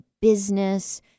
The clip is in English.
business